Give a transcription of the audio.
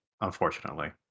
Unfortunately